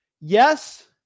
Yes